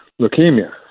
leukemia